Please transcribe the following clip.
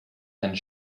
and